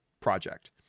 project